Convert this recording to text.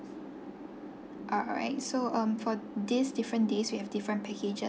alright so um for these different days we have different packages